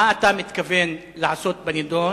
מה אתה מתכוון לעשות בנדון,